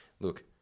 Look